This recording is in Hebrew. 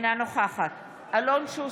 אינה נוכחת אלון שוסטר,